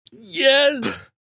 Yes